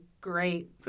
Great